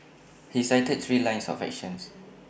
he cited three lines of action